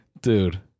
Dude